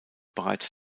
bereits